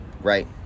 Right